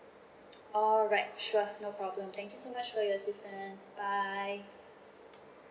alright sure no problem thank you so much for your assistant bye